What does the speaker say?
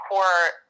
Court